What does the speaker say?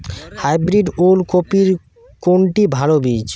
Hybrid ওল কপির কোনটি ভালো বীজ?